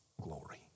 glory